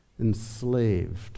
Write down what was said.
enslaved